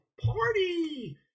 party